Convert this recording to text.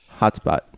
Hotspot